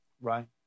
Right